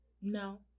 No